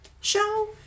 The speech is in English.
show